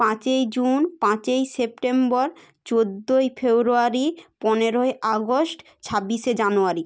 পাঁচই জুন পাঁচই সেপ্টেম্বর চোদ্দোই ফেব্রুয়ারি পনেরোই আগস্ট ছাব্বিশে জানুয়ারি